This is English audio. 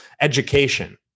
education